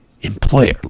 employer